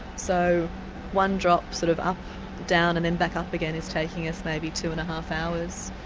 so one drop sort of up, down and then back up again is taking us maybe two-and-a-half hours.